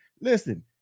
Listen